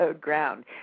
ground